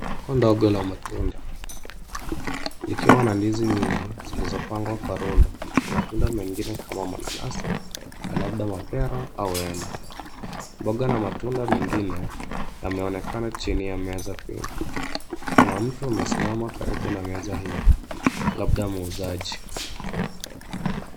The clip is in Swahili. Soko ndogo la matunda likiwa na ndizi nyingi zilizopangwa kwa rundo na matunda mengine kama mananasi na labda mapera au embe. Mboga na matunda mengine yameonekana chini ya meza pia. Kuna mtu amesimama karibu na meza hii labda muuzaji.